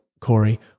Corey